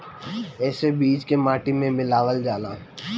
एसे बीज के माटी में मिलावल जाला